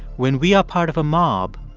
when we are part of a mob,